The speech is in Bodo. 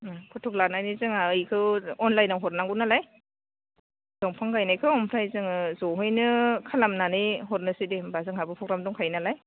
फथ' लानायनि जोंहा बेखौ अनलाइनाव हरनांगौ नालाय दंफां गायनायखौ ओमफ्राय जोङो जयैनो खालामनानै हरनोसै दे होनबा जोंहाबो प्रग्राम दंखायो नालाय